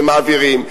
ומעבירים.